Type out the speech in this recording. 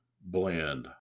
blend